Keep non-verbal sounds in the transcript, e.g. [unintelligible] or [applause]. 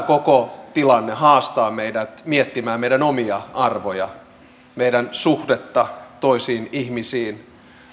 [unintelligible] koko tilanne haastaa meidät miettimään meidän omia arvojamme meidän suhdettamme toisiin ihmisiin